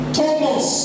Thomas